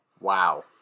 wow